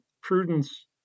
Prudence